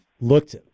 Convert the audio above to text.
looked